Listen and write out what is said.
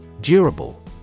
Durable